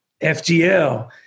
FGL